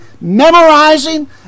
memorizing